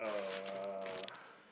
uh